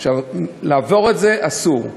לעבור את זה אסור.